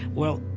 well,